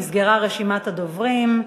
נסגרה רשימת הדוברים.